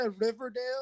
Riverdale